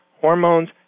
Hormones